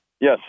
Yes